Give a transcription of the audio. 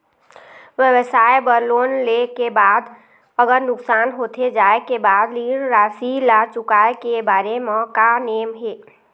व्यवसाय बर लोन ले के बाद अगर नुकसान होथे जाय के बाद ऋण राशि ला चुकाए के बारे म का नेम हे?